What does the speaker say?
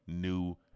new